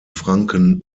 franken